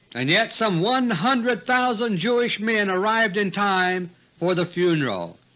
and yet some one hundred thousand jewish men arrived in time for the funeral.